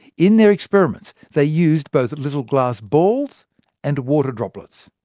in their experiments, they used both little glass balls and water droplets.